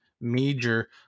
major